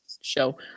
show